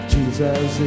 Jesus